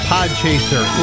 Podchaser